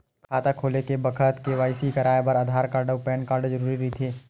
खाता खोले के बखत के.वाइ.सी कराये बर आधार कार्ड अउ पैन कार्ड जरुरी रहिथे